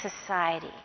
society